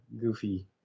goofy